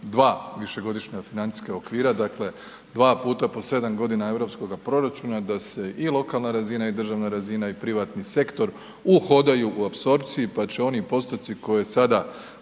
dva višegodišnja financijska okvira, dakle dva puta po sedam godina europskoga proračuna da se i lokalna razina i državna razina i privatni sektor uhodaju u apsorpciji pa će oni postoci koje sada